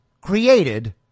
created